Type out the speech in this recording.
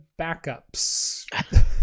backups